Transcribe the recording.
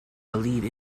believe